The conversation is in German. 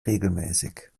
regelmäßig